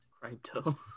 Crypto